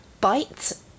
Bites